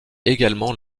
également